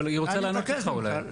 להמשיך?